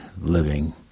living